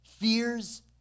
fears